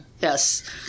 Yes